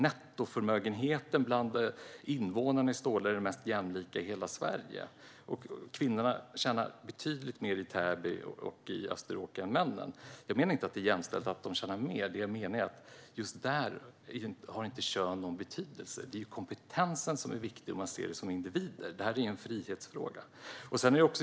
Nettoförmögenheten bland invånarna i Solna är den mest jämlika i hela Sverige. Kvinnorna i Täby och i Österåker tjänar betydligt mer än männen. Jag menar inte att det är jämställt att de tjänar mer. Det som jag menar är att just där har inte kön någon betydelse. Det är kompetensen som är viktig, och man ser människor som individer. Detta är en frihetsfråga.